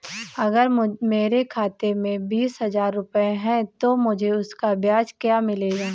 अगर मेरे खाते में बीस हज़ार रुपये हैं तो मुझे उसका ब्याज क्या मिलेगा?